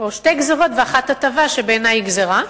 או שתי גזירות והטבה אחת שבעיני היא גזירה,